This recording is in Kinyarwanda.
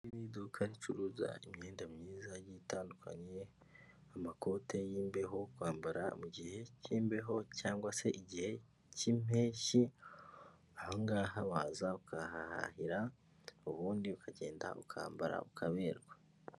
Iri ni iduka ricuruza imyenda myiza igiye itandukanye, amakote y'imbeho kwambara mu gihe cy'imbeho cyangwa se igihe cy'impeshyi, ahangaha waza ukahahahira ubundi ukagenda ukambara ukaberwa.